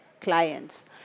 clients